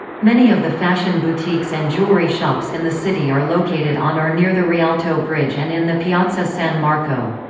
many of the fashion boutiques and jewelry shops in the city are located on or near the rialto bridge and in the piazza san marco.